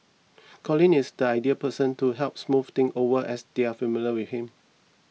Colin is the ideal person to help smooth things over as they are familiar with him